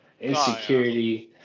insecurity